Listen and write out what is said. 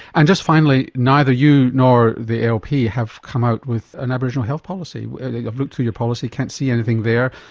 and just finally, neither you nor the alp have come out with an aboriginal health policy, i've looked through your policy, can't see anything there,